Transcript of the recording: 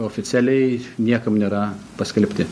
oficialiai niekam nėra paskelbti